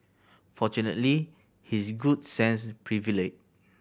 fortunately his good sense prevailed